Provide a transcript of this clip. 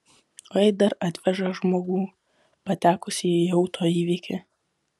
o jei dar atveža žmogų patekusį į auto įvykį